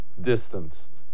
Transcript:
Distanced